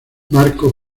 marco